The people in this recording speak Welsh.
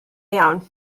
iawn